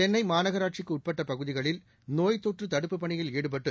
சென்னை மாநகராட்சிக்கு உட்பட்ட பகுதிகளில் நோய் தொற்று தடுப்புப் பணியில் ஈடுபட்டு